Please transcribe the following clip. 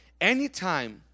anytime